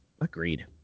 agreed